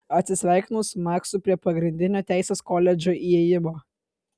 atsisveikinu su maksu prie pagrindinio teisės koledžo įėjimo